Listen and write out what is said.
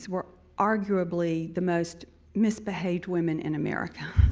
were arguably the most misbehaved women in america.